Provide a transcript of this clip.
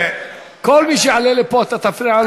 כל מי שיעלה לפה אתה תפריע לו?